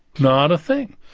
not a thing!